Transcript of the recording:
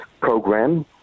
program